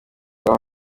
aho